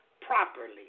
properly